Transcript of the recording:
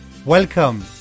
Welcome